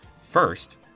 First